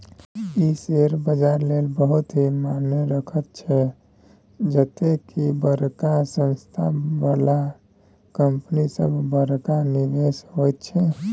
ई share बजारक लेल बहुत ही मायना रखैत छै जते की बड़का संस्था बला कंपनी सब बड़का निवेशक होइत छै